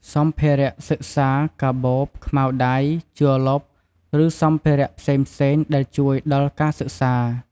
សម្ភារៈសិក្សា កាបូប ខ្មៅដៃ ជ័រលុប ឬសម្ភារៈផ្សេងៗដែលជួយដល់ការសិក្សា។